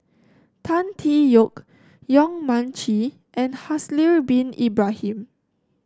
Tan Tee Yoke Yong Mun Chee and Haslir Bin Ibrahim